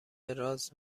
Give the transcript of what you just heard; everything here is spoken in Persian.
راز